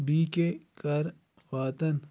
B کے کَر واتَن